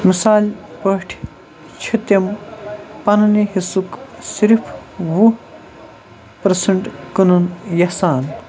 مثالہِ پٲٹھۍ چھِ تِم پنٛنہِ حِصُک صرف وُہ پٔرسنٛٹ کٕنُن یژھان